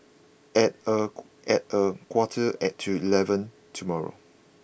at a at a quarter to eleven tomorrow